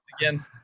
again